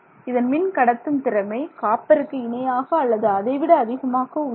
இதன் மின்கடத்தும் திறமை காப்பருக்கு இணையாக அல்லது அதைவிட அதிகமாக உள்ளது